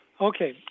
Okay